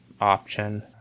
option